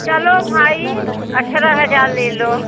चलो भाई अट्ठारह हज़ार ले लो